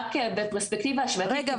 רק בפרספקטיבה -- רגע,